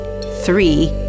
three